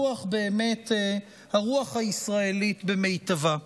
הרוח הישראלית במיטבה.